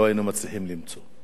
לא היינו מצליחים למצוא,